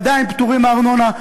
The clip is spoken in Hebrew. הם עדיין פטורים מארנונה.